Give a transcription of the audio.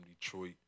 Detroit